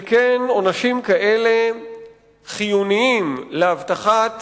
שכן עונשים כאלה חיוניים להבטחת